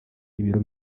ibiro